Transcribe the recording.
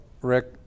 Rick